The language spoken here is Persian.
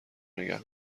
نگه